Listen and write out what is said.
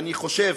שאני חושב,